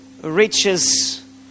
riches